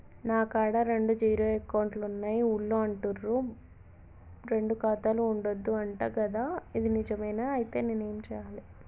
నా కాడా రెండు జీరో అకౌంట్లున్నాయి ఊళ్ళో అంటుర్రు రెండు ఖాతాలు ఉండద్దు అంట గదా ఇది నిజమేనా? ఐతే నేనేం చేయాలే?